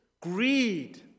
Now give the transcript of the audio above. greed